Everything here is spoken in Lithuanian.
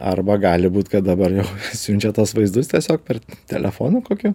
arba gali būt kad dabar jau siunčia tuos vaizdus tiesiog per telefonu kokiu